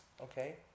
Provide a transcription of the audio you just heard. okay